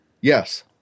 Yes